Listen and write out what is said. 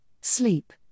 sleep